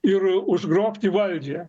ir užgrobti valdžią